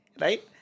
right